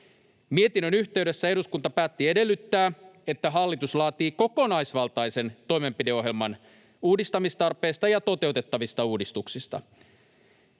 Mietinnön yhteydessä eduskunta päätti edellyttää, että hallitus laatii kokonaisvaltaisen toimenpideohjelman uudistamistarpeesta ja toteutettavista uudistuksista.